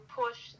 push